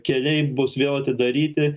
keliai bus vėl atidaryti